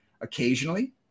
Occasionally